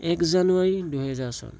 এক জানুৱাৰী দুহেজাৰ চন